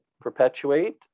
perpetuate